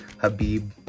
Habib